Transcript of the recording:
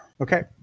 okay